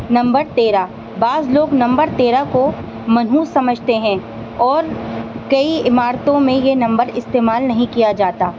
number تیرہ بعض لوگ نمبر تیرہ کو منحوس سمجھتے ہیں اور کئی عمارتوں میں یہ نمبر استعمال نہیں کیا جاتا